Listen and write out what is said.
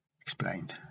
explained